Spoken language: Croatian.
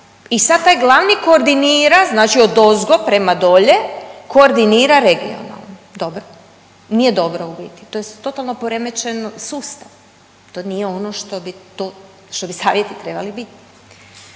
I sad taj glavni koordinira, znači odozgo prema dolje koordinira regionalno. Dobro. Nije dobro u biti, to je totalno poremećen sustav, to nije ono što bi to, što bi savjeti trebali biti.